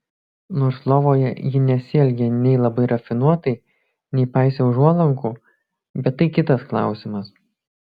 nors lovoje ji nesielgė nei labai rafinuotai nei paisė užuolankų bet tai kitas klausimas